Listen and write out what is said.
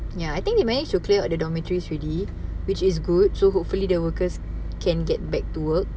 ya I think they managed to clear out the dormitories already which is good so hopefully the workers can get back to work